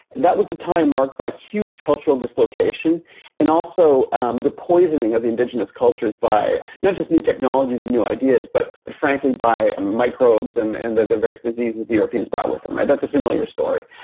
that was a time marked by huge cultural dislocation and also um the poisoning of the indigenous cultures by not just new technologies and new ideas but but frankly by microbes and and the the various diseases the europeans brought with them. that's a familiar story.